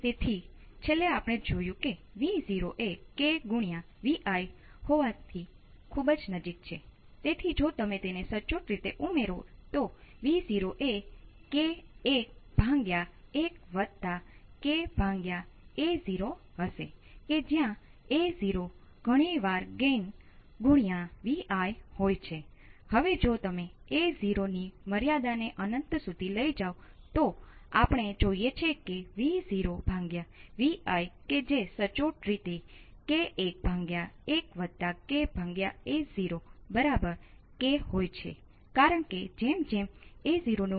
હું તેને મિલર અસર Rx ને જોડું છું